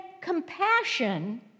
compassion